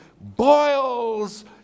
boils